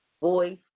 voice